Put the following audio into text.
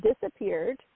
disappeared